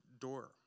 door